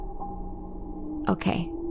Okay